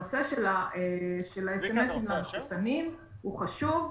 הנושא של ה-SMS למחוסנים הוא חשוב,